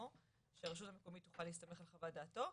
שהרשות המקומית תוכל להסתמך על חוות דעתו.